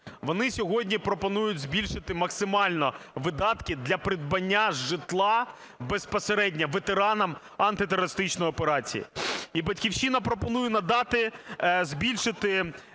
Вони сьогодні пропонують збільшити максимально видатки для придбання житла безпосередньо ветеранам антитерористичної операції. І "Батьківщина" пропонує надати, збільшити